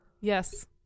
Yes